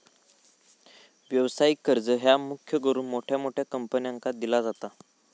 व्यवसायिक कर्ज ह्या मुख्य करून मोठ्या मोठ्या कंपन्यांका दिला जाता